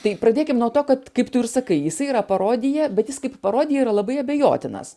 tai pradėkim nuo to kad kaip tu ir sakai jisai yra parodija bet jis kaip parodija yra labai abejotinas